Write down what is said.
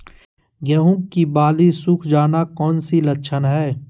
गेंहू की बाली सुख जाना कौन सी लक्षण है?